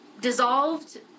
dissolved